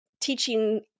teaching